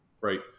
right